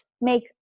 make